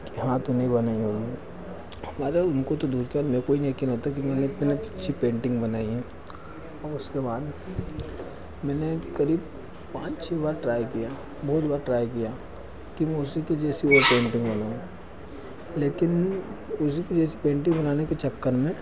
कि हाँ तूने ही बनाई होगी हमारे उनको तो दूर का मेरे को ही नहीं यक़ीन होता कि मैंने इतनी अच्छी पेंटिंग बनाई है अब उसके बाद मैंने क़रीब पाँच छः बार ट्राई किया बहुत बार ट्राई किया कि उसी के जैसी और पेंटिंग बनाऊँ लेकिन उस जेसी पेंटिंग बनाने की चक्कर में